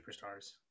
superstars